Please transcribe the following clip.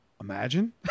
Imagine